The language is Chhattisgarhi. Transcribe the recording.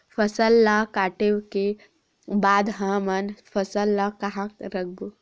फसल ला काटे के बाद हमन फसल ल कहां रखबो?